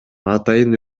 атайын